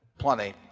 plenty